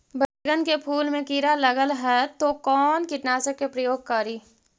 बैगन के फुल मे कीड़ा लगल है तो कौन कीटनाशक के प्रयोग करि?